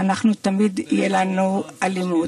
שנגזר עלינו לשקוע באלימות